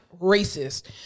racist